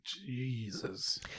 Jesus